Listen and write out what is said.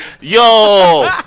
Yo